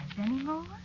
anymore